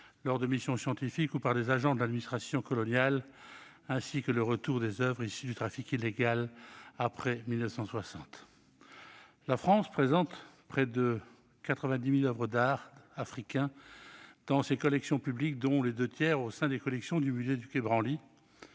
lors de missions scientifiques ou par des agents de l'administration coloniale, ainsi que le retour des oeuvres issues du trafic illégal après 1960. La France détient près de 90 000 oeuvres d'art africain dans ses collections publiques, dont les deux tiers au sein des collections du musée du quai Branly.